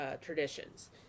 traditions